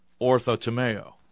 orthotomeo